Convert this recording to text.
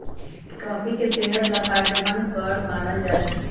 coffee के सेहत ला फायदेमंद पर मानल जाहई